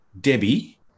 Debbie